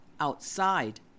outside